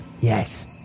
Yes